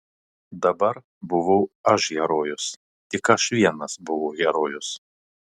dabar buvau aš herojus tik aš vienas buvau herojus